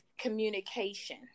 communication